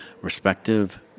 respective